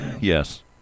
Yes